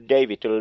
David